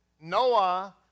Noah